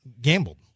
gambled